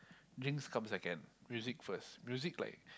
drinks come second music first music like